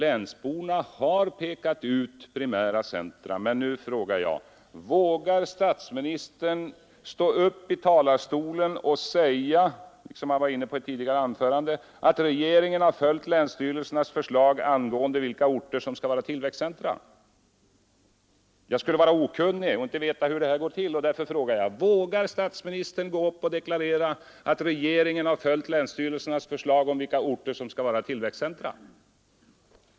De har pekat ut primära centra, men nu frågar jag: Vågar statsministern stå upp här i talarstolen och säga — som han var inne på i ett tidigare anförande att regeringen har följt länsstyrelsernas förslag angående vilka orter som skall vara tillväxtcentra? Jag skulle vara okunnig och inte veta hur det här går till, och därför frågar jag: Vågar statsministern gå upp och deklarera att regeringen har följt länsstyrelsernas förslag om vilka orter som skall vara tillväxtcentra?